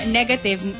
negative